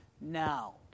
now